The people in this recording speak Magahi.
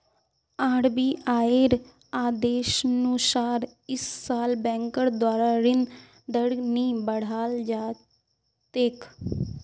आरबीआईर आदेशानुसार इस साल बैंकेर द्वारा ऋण दर नी बढ़ाल जा तेक